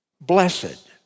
Blessed